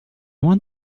want